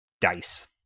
Dice